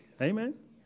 Amen